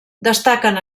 destaquen